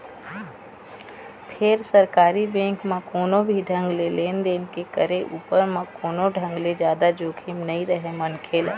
फेर सरकारी बेंक म कोनो भी ढंग ले लेन देन के करे उपर म कोनो ढंग ले जादा जोखिम नइ रहय मनखे ल